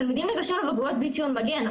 תלמידים ניגשים לבגרויות בלי ציון מגן.